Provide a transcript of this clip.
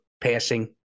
passing